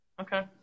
okay